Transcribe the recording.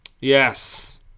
Yes